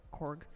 Korg